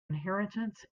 inheritance